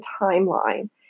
timeline